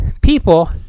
people